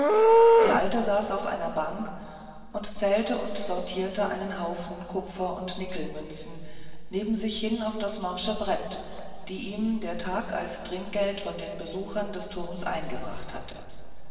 der alte saß auf einer bank und zählte und sortierte einen haufen kupfer und nickelmünzen neben sich hin auf das morsche brett die ihm der tag als trinkgeld von den besuchern des turms eingebracht hatte